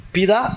Pida